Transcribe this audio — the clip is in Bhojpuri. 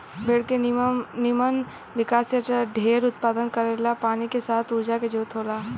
भेड़ के निमन विकास आ जढेर उत्पादन करेला पानी के साथ ऊर्जा के जरूरत होला